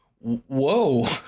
whoa